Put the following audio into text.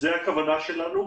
זו הכוונה שלנו.